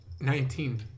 Nineteen